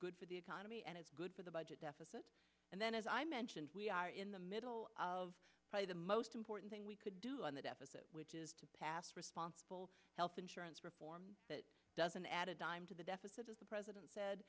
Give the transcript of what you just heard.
good for the economy and it's good for the budget deficit and then as i mentioned we are in the middle of the most important thing we could do on the deficit which is to pass responsible health insurance reform that doesn't add a dime to the deficit as the president said